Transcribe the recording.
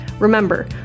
Remember